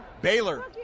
Baylor